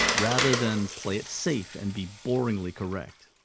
rather than play it safe and be boringly correct.